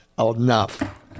enough